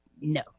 No